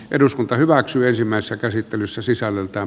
eduskunta hyväksyy ensimmäisessä käsittelyssä sisällöltään